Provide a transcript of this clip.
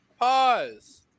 Pause